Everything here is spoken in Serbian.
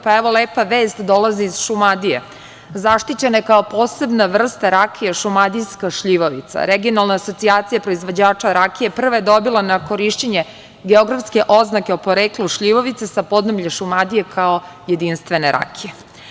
Pa, evo, lepa vest dolazi iz Šumadije, zaštićene kao posebna vrsta rakije - šumadijska šljivovica, Regionalna asocijacija proizvođača rakije prva je dobila na korišćenje geografske oznake o poreklu šljivovice sa podneblja Šumadije, kao jedinstvene rakije.